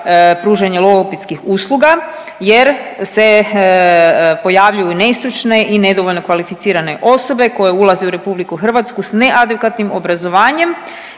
pružanje logopedskih usluga jer se pojavljuju nestručne i nedovoljno kvalificirane osobe koje ulaze u RH s neadekvatnim obrazovanjem